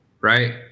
Right